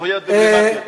זכויות דיפלומטיות יותר.